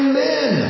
men